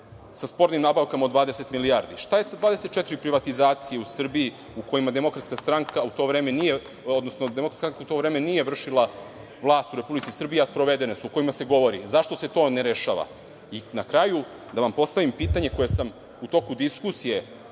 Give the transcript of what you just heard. sa spornim nabavkama od 20 milijardi. Šta je sa 24 privatizacije u Srbiji u kojima DS u to vreme nije vršila vlast u Republici Srbiji, a sprovedene su, o kojima se govori, zašto se to ne rešava? Na kraju da vam postavim pitanje koje sam u toku diskusije